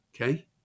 Okay